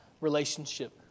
relationship